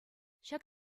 ҫак